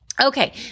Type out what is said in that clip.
Okay